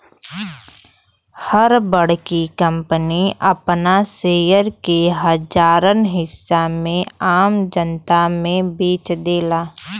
हर बड़की कंपनी आपन शेयर के हजारन हिस्सा में आम जनता मे बेच देला